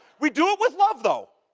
we do it with love though.